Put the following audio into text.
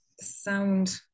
sound